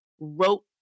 wrote